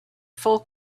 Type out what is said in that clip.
full